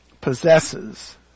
possesses